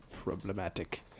problematic